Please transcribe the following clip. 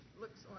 looks